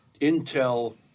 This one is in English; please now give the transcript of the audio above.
Intel